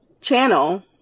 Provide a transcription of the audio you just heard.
channel